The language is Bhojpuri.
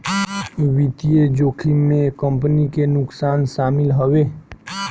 वित्तीय जोखिम में कंपनी के नुकसान शामिल हवे